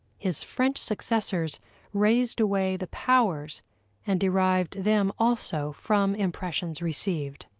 his french successors razed away the powers and derived them also from impressions received.